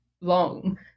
long